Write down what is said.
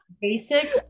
basic